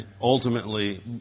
Ultimately